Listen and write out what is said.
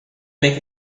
make